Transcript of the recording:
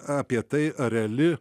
apie tai ar reali